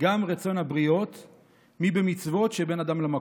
גם רצון הבריות מבמצוות שבין אדם למקום.